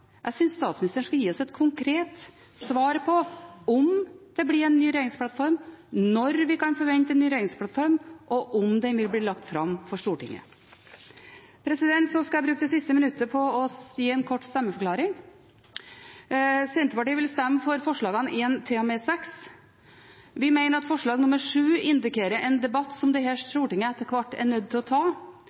Jeg synes statsministeren skal gi oss et konkret svar på om det blir en ny regjeringsplattform, når vi kan forvente en ny regjeringsplattform, og om den vil bli lagt fram for Stortinget. Jeg skal bruke det siste minuttet på å gi en kort stemmeforklaring. Senterpartiet vil stemme for forslagene nr. 1–6. Vi mener at forslag nr. 7 indikerer en debatt som dette stortinget etter hvert er nødt til å ta,